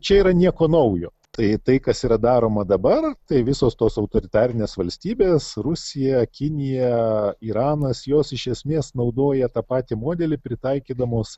čia yra nieko naujo tai tai kas yra daroma dabar tai visos tos autoritarinės valstybės rusija kinija iranas jos iš esmės naudoja tą patį modelį pritaikydamos